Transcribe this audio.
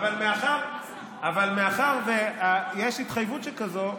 אבל מאחר שיש התחייבות שכזו,